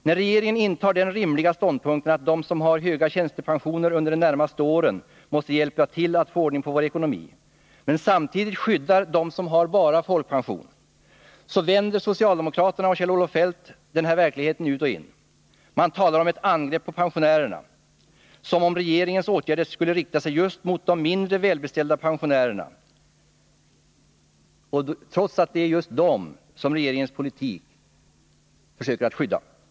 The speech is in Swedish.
När regeringen intar den rimliga ståndpunkten att de som har höga tjänstepensioner under de närmaste åren måste hjälpa till att få ordning på vår ekonomi, men samtidigt skyddar dem som bara har folkpension, vänder socialdemokraterna, bl.a. Kjell-Olof Feldt, denna verklighet ut och in. Man talar om ett angrepp på pensionärerna, som om regeringens åtgärder skulle rikta sig mot just de mindre välbeställda pensionärerna, trots att det är just dem som regeringen försöker att skydda med sin politik.